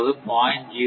அதாவது 0